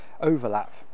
overlap